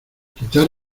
quitar